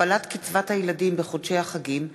הכפלת קצבת הילדים בחודשי החגים),